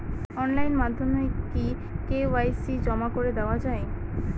Online মাধ্যমে কি KYC জমা করে দেওয়া য়ায়?